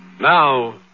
Now